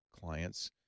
clients